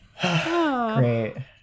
great